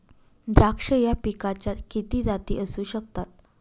द्राक्ष या पिकाच्या किती जाती असू शकतात?